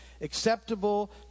acceptable